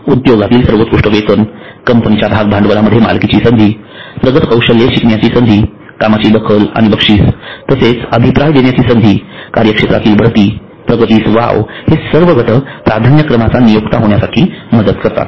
उद्योगातील सर्वोत्कृष्ट वेतन कंपनीच्या भाग भांडवलामध्ये मालकीची संधी प्रगत कौशल्ये शिकण्याची संधीकामाची दखल आणि बक्षीसतसेच अभिप्राय देण्याची संधी कार्यक्षेत्रातील बढती व प्रगतीस वाव हे सर्व घटक प्राधान्य क्रमाचा नियोक्ता होण्यासाठी मदत करतात